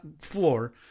floor